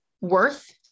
worth